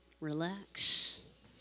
relax